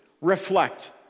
reflect